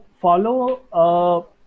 follow